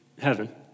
heaven